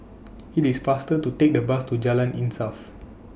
IT IS faster to Take The Bus to Jalan Insaf